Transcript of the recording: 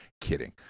Kidding